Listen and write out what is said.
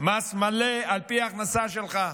מס מלא על פי ההכנסה שלהם,